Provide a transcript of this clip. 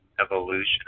evolution